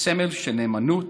לסמל של נאמנות,